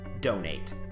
Donate